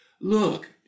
Look